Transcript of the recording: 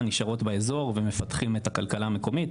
נשארים באזור ומפתחים את החממה המקומית.